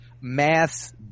mass